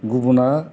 गुबुना